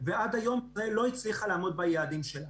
ועד היום ישראל לא הצליחה לעמוד ביעדים שלה.